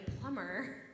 plumber